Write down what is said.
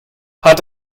hat